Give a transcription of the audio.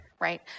right